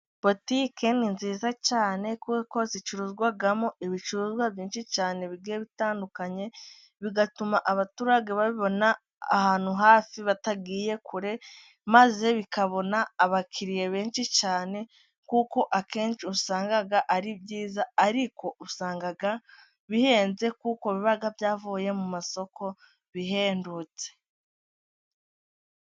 Botiki ni nziza cyane kuko zicuruzwamo ibicuruzwa byinshi cyane bigiye bitandukanye, bigatuma abaturage babibona ahantu hafi batagiye kure maze bikabona abakiriya benshi cyane kuko akenshi usanga ari byiza, ariko usanga bihenze kuko biba byavuye mu masoko bihendutse.